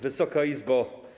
Wysoka Izbo!